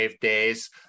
days